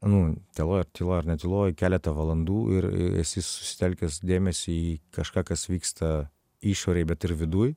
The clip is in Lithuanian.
nu tyla tyloj ar ne tyloj keletą valandų ir esi susitelkęs dėmesį į kažką kas vyksta išorėj bet ir viduj